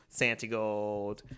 Santigold